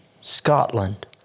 Scotland